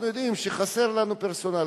אנחנו יודעים שחסר לנו פרסונל,